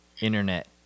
internet